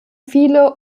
viele